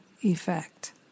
effect